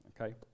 okay